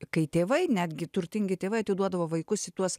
kai tėvai netgi turtingi tėvai atiduodavo vaikus į tuos